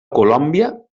colòmbia